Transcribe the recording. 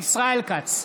ישראל כץ,